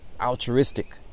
altruistic